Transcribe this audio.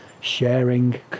sharing